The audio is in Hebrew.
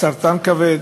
סרטן כבד,